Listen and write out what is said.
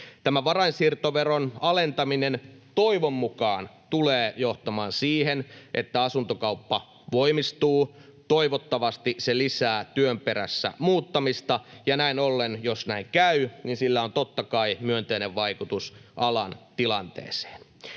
varainsiirtoveron alentaminen, toivon mukaan, tulee johtamaan siihen, että asuntokauppa voimistuu. Toivottavasti se lisää työn perässä muuttamista, ja näin ollen, jos näin käy, sillä on, totta kai, myönteinen vaikutus alan tilanteeseen.